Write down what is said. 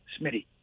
Smitty